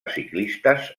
ciclistes